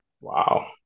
Wow